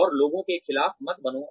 और लोगों के खिलाफ मत बनो